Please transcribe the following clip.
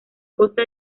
coste